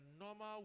normal